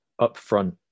upfront